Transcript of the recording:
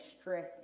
stress